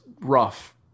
rough